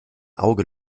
auge